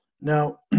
Now